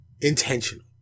intentional